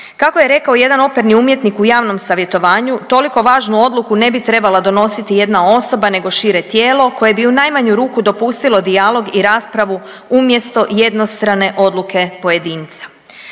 Kako je rekao jedan operni umjetnik u javnom savjetovanju, toliko važnu odluku ne bi trebala donositi jedna osoba nego šire tijelo koje bi u najmanju ruku dopustilo dijalog i raspravu umjesto jednostrane odluke pojedinca.